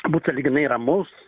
būt sąlyginai ramus